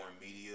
Media